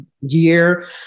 year